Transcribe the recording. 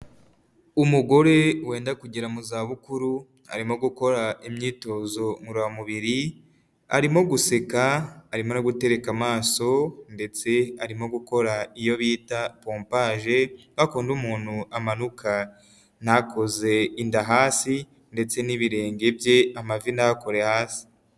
Umugore wenda kugera mu zabukuru arimo gukora imyitozo ngororamubiri, arimo guseka arimo gutereka amaso ndetse arimo gukora iyo bita pompaje kwakundi umuntu amanuka ntakoze inda hasi ndetse n'ibirenge bye, amavi ntakore hasi.